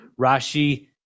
Rashi